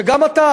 שגם אתה,